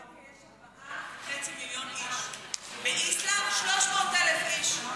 בקרואטיה, 4.5 מיליון איש, באיסלנד, 300,000 איש.